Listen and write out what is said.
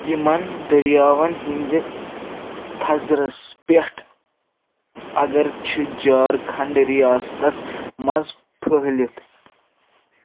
یِمَن دٔریاوَن ہٕنٛدِ تھزرس پٮ۪ٹھ اَگر چھِ جھارکھنڈ رِیاستَس منٛز پھٔہلِتھ